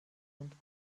und